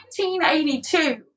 1982